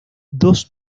dos